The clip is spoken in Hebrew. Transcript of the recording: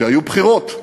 שהיו בחירות,